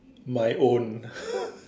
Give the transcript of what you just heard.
my own